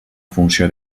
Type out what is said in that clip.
funció